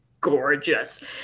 gorgeous